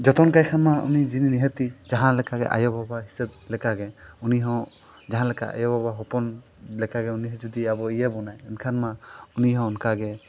ᱡᱚᱛᱚᱱ ᱠᱟᱭ ᱠᱷᱟᱱ ᱢᱟ ᱩᱱᱤ ᱱᱤᱦᱟᱹᱛᱤ ᱡᱟᱦᱟᱸ ᱞᱮᱠᱟᱜᱮ ᱟᱭᱳᱼᱵᱟᱵᱟ ᱦᱤᱥᱟᱹᱵ ᱞᱮᱠᱟᱜᱮ ᱩᱱᱤ ᱦᱚᱸ ᱡᱟᱦᱟᱸ ᱞᱮᱠᱟ ᱟᱭᱳᱼᱵᱟᱵᱟ ᱦᱚᱯᱚᱱ ᱞᱮᱠᱟᱜᱮ ᱩᱱᱤ ᱦᱚᱸ ᱡᱩᱫᱤ ᱟᱵᱚᱭ ᱤᱭᱟᱹ ᱵᱚᱱᱟ ᱮᱱᱠᱷᱟᱱ ᱢᱟ ᱩᱱᱤ ᱦᱚᱸ ᱚᱱᱠᱟᱜᱮ